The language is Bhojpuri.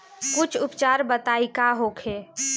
कुछ उपचार बताई का होखे?